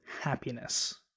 happiness